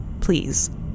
Please